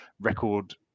record